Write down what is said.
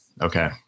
Okay